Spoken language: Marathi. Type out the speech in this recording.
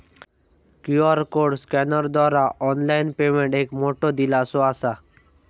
क्यू.आर कोड स्कॅनरद्वारा ऑनलाइन पेमेंट एक मोठो दिलासो असा